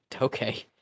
okay